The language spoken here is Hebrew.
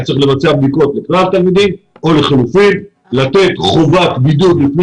היה צריך לבצע בדיקות לכלל התלמידים או לחילופין לתת חובת בידוד לפני